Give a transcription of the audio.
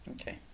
Okay